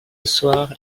soir